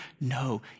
no